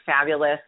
fabulous